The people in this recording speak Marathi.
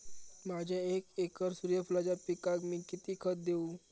माझ्या एक एकर सूर्यफुलाच्या पिकाक मी किती खत देवू?